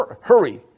Hurry